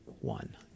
one